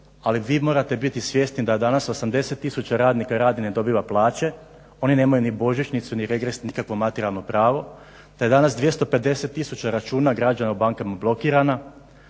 ali vi morate biti svjesni da danas 80000 radnika radi i ne dobiva plaće. Oni nemaju ni božićnicu, ni regres, ni nikakvo materijalno pravo, da je danas 250000 računa građana u bankama blokirana,